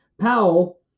Powell